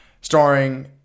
starring